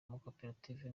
amakoperative